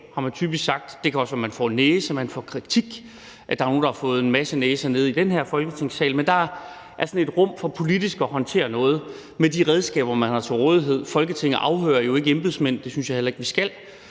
det kan også være, at man får en næse, får kritik – og der er nogle, der har fået en masse næser i den her Folketingssal – men der er sådan et rum for politisk at håndtere noget med de redskaber, man har til rådighed. Folketinget afhører jo ikke embedsmænd, og det synes jeg heller ikke vi skal.